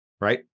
right